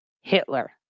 Hitler